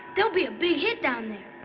they'll be a big hit down